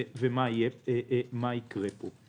ומה יקרה פה.